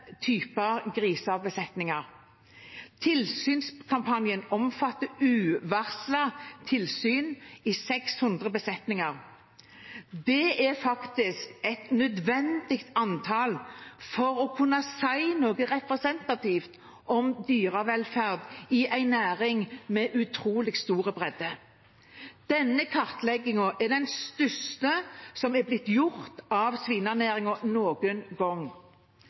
typer grisebesetninger. Tilsynskampanjen omfatter uvarslede tilsyn i 600 besetninger. Det er faktisk et nødvendig antall for å kunne si noe representativt om dyrevelferd i en næring med utrolig stor bredde. Denne kartleggingen er den største som er blitt gjort av svinenæringen noen gang.